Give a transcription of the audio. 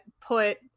put